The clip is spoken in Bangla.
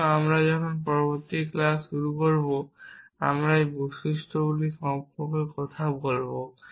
সুতরাং আমরা যখন পরবর্তী ক্লাস শুরু করব আমরা এই বৈশিষ্ট্যগুলি সম্পর্কে কথা বলব